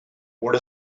what